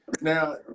now